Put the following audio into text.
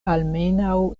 almenaŭ